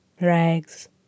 Rags